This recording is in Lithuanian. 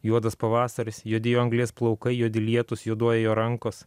juodas pavasaris juodi jo anglies plaukai juodi lietūs juoduoja jo rankos